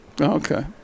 Okay